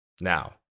now